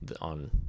on